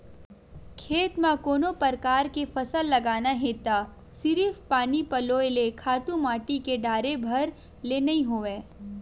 खेत म कोनो परकार के फसल लगाना हे त सिरिफ पानी पलोय ले, खातू माटी के डारे भर ले नइ होवय